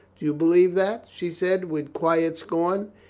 do you believe that? she said with quiet scorn.